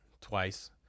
twice